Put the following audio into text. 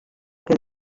que